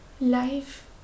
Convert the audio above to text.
Life